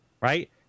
Right